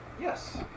Yes